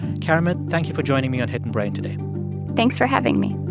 keramet, thank you for joining me on hidden brain today thanks for having me